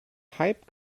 hype